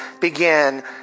begin